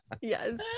yes